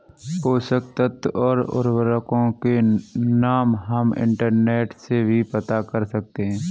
पोषक तत्व और उर्वरकों के नाम हम इंटरनेट से भी पता कर सकते हैं